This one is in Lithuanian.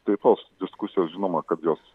tai tos diskusijos žinoma kad jos